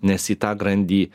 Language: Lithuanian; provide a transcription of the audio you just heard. nes į tą grandį